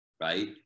right